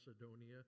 Macedonia